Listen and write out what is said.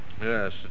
Yes